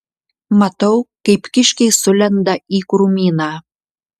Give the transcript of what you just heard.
matau kaip kiškiai sulenda į krūmyną